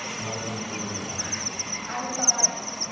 what went through your head i thought,